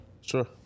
Sure